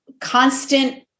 constant